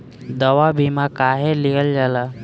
दवा बीमा काहे लियल जाला?